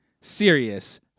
serious